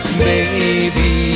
baby